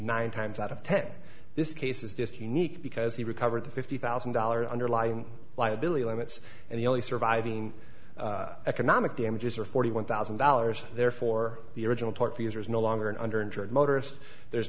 nine times out of ten this case is just unique because he recovered the fifty thousand dollars underlying liability limits and the only surviving economic damages are forty one thousand dollars therefore the original tortfeasor is no longer and under insured motorists there's